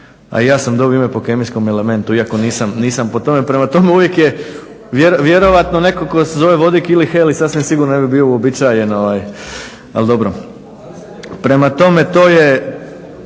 i ja sam dobio ime po kemijskom elementu iako nisam po tome. Prema tome, uvijek je vjerojatno ko se zove Vodik ili Helij, sasvim sigurno ne bi bio uobičajen ali dobro. Prema tome, to je